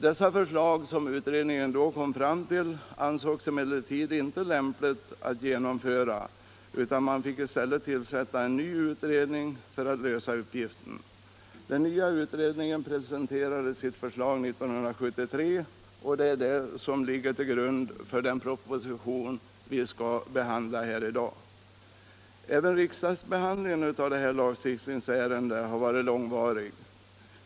De förslag som den utredningen kom fram till ansågs emellertid inte lämpliga att genomföra, utan man tillsatte i stället en ny utredning för att den skulle lösa uppgiften. Den nya utredningen presenterade sitt förslag 1973, och det är detta som ligger till grund för den proposition vi skall behandla här i dag. Även riksdagsbehandlingen av detta lagstiftningsärende har varit långvarig.